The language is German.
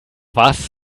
was